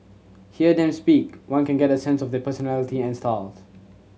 hear them speak one can get a sense of their personality and styles